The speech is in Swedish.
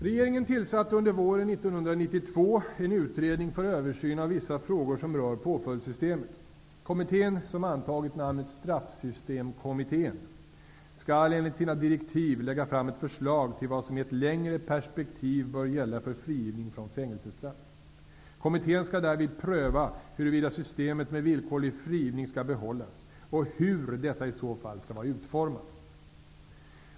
Regeringen tillsatte under våren 1992 en utredning för översyn av vissa frågor som rör påföljdssystemet. Kommittén, som antagit namnet Straffsystemkommittén, skall enligt sina direktiv lägga fram förslag till vad som i ett längre perspektiv bör gälla för frigivning från fängelsestraff. Kommittén skall därvid pröva huruvida systemet med villkorlig frigivning skall behållas och hur detta i så fall skall vara utformat.